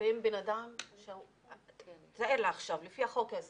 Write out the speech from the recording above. ואם לפי החוק הזה